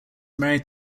married